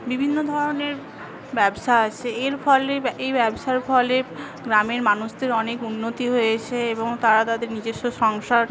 বিভিন্ন ধরণের ব্যবসা আছে এর ফলে এই ব্যবসার ফলে গ্রামের মানুষদের অনেক উন্নতি হয়েছে এবং তারা তাদের নিজস্ব সংসার